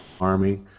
Army